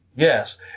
Yes